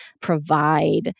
provide